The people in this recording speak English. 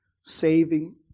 saving